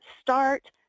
start